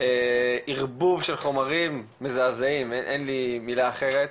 ערבוב של חומרים מזעזעים, אין לי מילה אחרת,